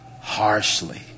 harshly